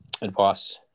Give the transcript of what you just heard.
advice